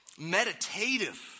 meditative